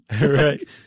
Right